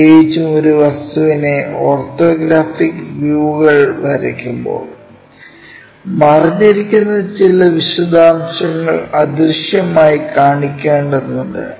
പ്രത്യേകിച്ചും ഒരു വസ്തുവിന്റെ ഓർത്തോഗ്രാഫിക് വ്യൂകൾ വരയ്ക്കുമ്പോൾ മറഞ്ഞിരിക്കുന്ന ചില വിശദാംശങ്ങൾ അദൃശ്യമായി കാണിക്കേണ്ടതുണ്ട്